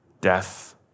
death